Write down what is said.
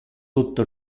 tutto